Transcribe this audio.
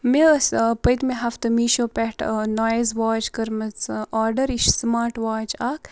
مےٚ ٲسۍ پٔتمہِ ہفتہٕ میٖشو پٮ۪ٹھ نایِز واچ کٔرمٕژ آرڈَر یہِ چھِ سٕماٹ واچ اَکھ